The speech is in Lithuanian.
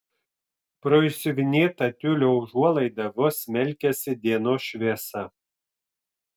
pro išsiuvinėtą tiulio užuolaidą vos smelkėsi dienos šviesa